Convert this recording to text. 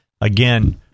again